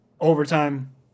overtime